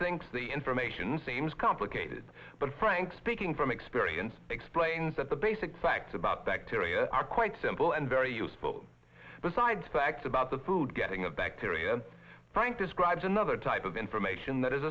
thinks the information seems complicated but frank speaking from experience explains that the basic facts about bacteria are quite simple and very useful besides facts about the food getting a bacteria frank describes another type of information that is